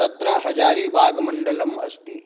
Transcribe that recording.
तत्र हजारीबाग् मण्डलम् अस्ति